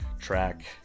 Track